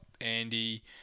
Andy